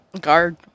Guard